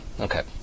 okay